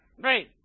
Great